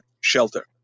shelter